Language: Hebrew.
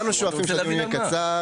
אנחנו כולנו שואפים שהדיון יהיה קצר,